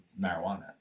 marijuana